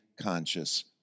conscious